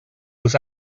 was